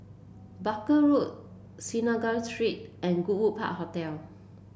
Baker Road Synagogue Street and Goodwood Park Hotel